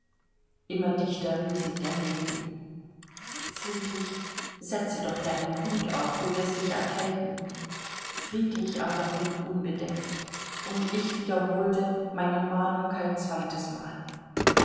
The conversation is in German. immer dichter rieselt der nebel friedrich setze doch deinen hut auf du wirst dich erkälten friedrich aber blieb unbedeckt und ich wiederholte meine mahnung kein zweites mal